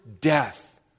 death